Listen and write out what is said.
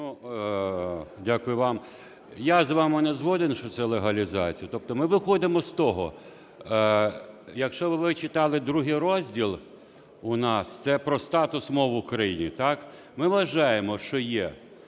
дякую вам. Я з вами не згоден, що це – легалізація. Тобто ми виходимо з того, якщо ви читали ІІ розділ у нас – це про статус мов в Україні – так? – ми вважаємо, що є